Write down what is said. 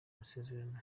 masezerano